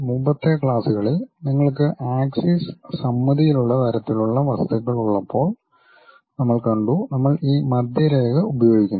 മുമ്പത്തെ ക്ലാസുകളിൽ നിങ്ങൾക്ക് ആക്സിസ് സമ്മതിയിലുള്ള തരത്തിലുള്ള വസ്തുക്കൾ ഉള്ളപ്പോൾ നമ്മൾ കണ്ടു നമ്മൾ ഈ മധ്യരേഖ ഉപയോഗിക്കുന്നു